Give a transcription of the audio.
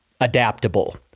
adaptable